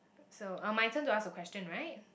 so uh my turn to ask a question right